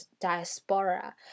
diaspora